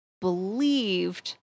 believed